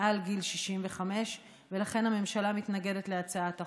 מעל גיל 65. ולכן הממשלה מתנגדת להצעת החוק.